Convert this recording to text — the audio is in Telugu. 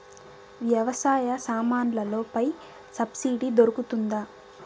వ్యవసాయ సామాన్లలో పై సబ్సిడి దొరుకుతుందా?